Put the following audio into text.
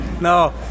No